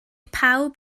pawb